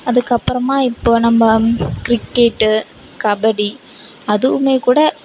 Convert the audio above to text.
அதுக்கு அப்புறமா இப்போது நம்ம கிரிக்கெட்டு கபடி அதுவும் கூட